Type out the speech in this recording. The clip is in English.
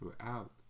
throughout